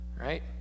Right